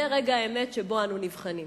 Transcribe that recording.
זה רגע האמת שבו אנו נבחנים.